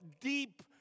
deep